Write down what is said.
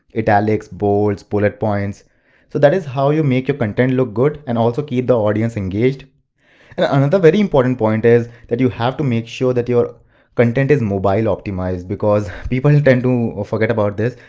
italics, bold, bullet points so that is how you make your content look good and also keep the audience engaged. and another very important point is that you have to make sure that your content is mobile optimized because people tend to forget about this.